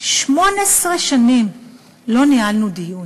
18 שנים לא ניהלנו דיון,